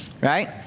right